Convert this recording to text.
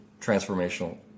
transformational